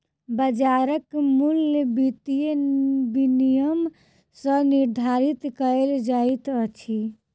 बाजारक मूल्य वित्तीय विनियम सॅ निर्धारित कयल जाइत अछि